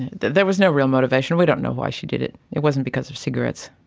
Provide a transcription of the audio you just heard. there was no real motivation, we don't know why she did it. it wasn't because of cigarettes.